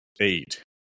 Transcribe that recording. eight